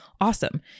Awesome